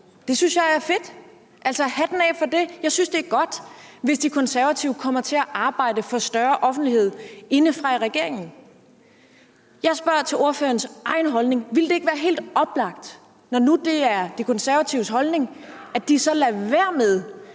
Det synes jeg er fedt, hatten af for det. Jeg synes, det er godt, hvis De Konservative kommer til at arbejde for større offentlighed indefra i regeringen. Jeg spørger til ordførerens egen holdning. Ville det ikke være helt oplagt, når nu det er De Konservatives holdning, at de så lader være med